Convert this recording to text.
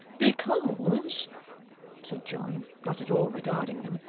because said john, not at all regarding them,